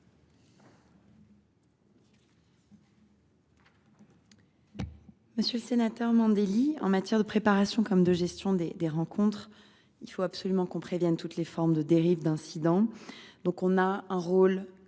Monsieur le sénateur Mandelli, en matière de préparation comme de gestion des rencontres, il faut absolument prévenir toutes les formes de dérives et d’incidents. À cette fin, un rôle